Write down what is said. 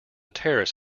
terrace